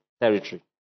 territory